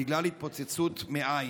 בגלל התפוצצות מעיים.